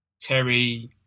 Terry